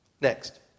Next